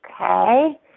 Okay